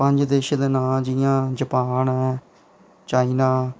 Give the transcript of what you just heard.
पंज देशै दे नांऽ जि'यां जापान चाइना